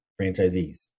franchisees